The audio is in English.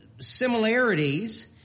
similarities